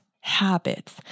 habits